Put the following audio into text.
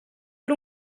per